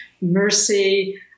mercy